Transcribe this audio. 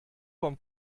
vom